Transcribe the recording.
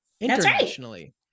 internationally